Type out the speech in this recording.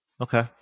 Okay